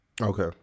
Okay